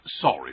Sorry